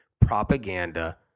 propaganda